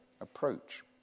approach